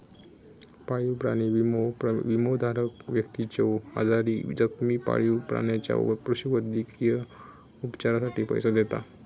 पाळीव प्राणी विमो, विमोधारक व्यक्तीच्यो आजारी, जखमी पाळीव प्राण्याच्या पशुवैद्यकीय उपचारांसाठी पैसो देता